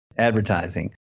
advertising